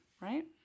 right